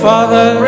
Father